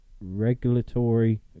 regulatory